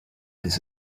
this